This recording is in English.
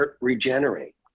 regenerate